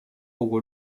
透过